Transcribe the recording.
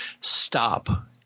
stop